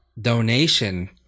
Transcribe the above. donation